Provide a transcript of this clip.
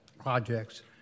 projects